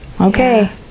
Okay